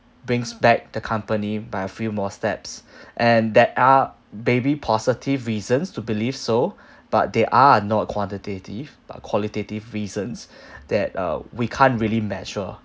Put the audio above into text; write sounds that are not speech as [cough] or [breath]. brings back the company by a few more steps [breath] and that are maybe positive reasons to believe so [breath] but they are not quantitative but qualitative reasons [breath] that uh we can't really measure